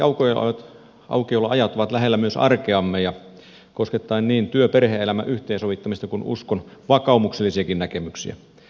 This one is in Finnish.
ymmärrettävästi aukioloajat ovat lähellä myös arkeamme koskettaen niin työ ja perhe elämän yhteensovittamista kuin uskonvakaumuksellisiakin näkemyksiä